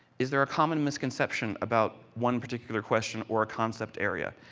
is there a common misconception about one particular question or concept area,